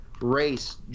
race